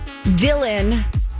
Dylan